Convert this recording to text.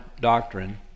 doctrine